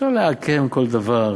אפשר לעקם כל דבר.